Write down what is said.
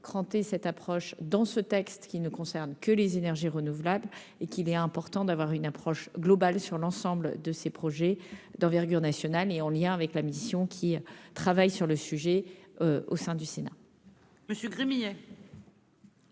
cranter cette approche dans ce texte, qui ne concerne que les énergies renouvelables. Il est important d'avoir une approche globale sur l'ensemble de ces projets d'envergure nationale, en lien avec la mission qui travaille sur le sujet au sein du Sénat. La parole